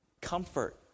Comfort